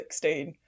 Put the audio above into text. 16